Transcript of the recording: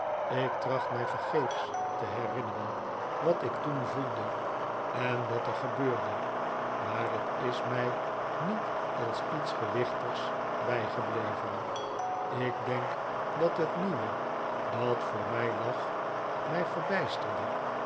ik tracht mii vergeefs te herinneren wat ik toen voelde en wat er gebeurde maar het is mij niet als iets gewichtigs bijgebleven ik denk dat het nieuwe dat voor mij lag mij verbijsterde